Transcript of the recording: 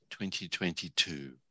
2022